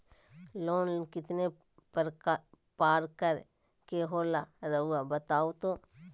Loan कितने पारकर के होला रऊआ बताई तो?